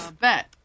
bet